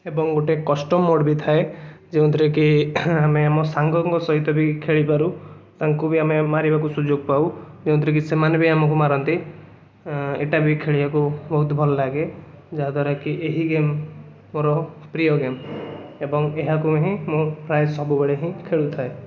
ଏବଂ ଗୋଟେ କଷ୍ଟମମୋଡ଼ ବି ଥାଏ ଯେଉଁଥିରେ କି ଆମେ ଆମ ସାଙ୍ଗଙ୍କ ସହିତ ବି ଖେଳି ପାରୁ ତାଙ୍କୁ ବି ଆମେ ମାରିବାକୁ ସୁଯୋଗ ପାଉ ଯେଉଁଥିରେ କି ସେମାନେ ବି ଆମକୁ ମାରନ୍ତି ଏଇଟା ବି ଖେଳିବାକୁ ବହୁତ ଭଲ ଲାଗେ ଯାହାଦ୍ବାରା କି ଏହି ଗେମ ମୋରପ୍ରିୟ ଗେମ ଏବଂ ଏହାକୁ ହିଁ ମୁଁ ପ୍ରାୟ ସବୁବେଳେ ହିଁ ଖେଳୁଥାଏ